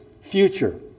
future